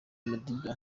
madiba